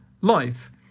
life